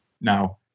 now